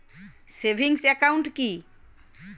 Savings account কি?